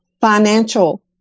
financial